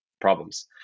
problems